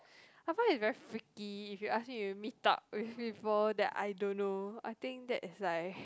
I find it very freaky if you ask me to meet up with people that I don't know I think that is like